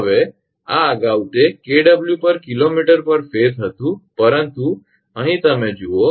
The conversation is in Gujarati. હવે આ અગાઉ તે 𝑘𝑊𝑘𝑚𝑝ℎ𝑎𝑠𝑒 હતું પરંતુ અહીં તમે જુઓ